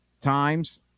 times